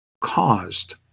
caused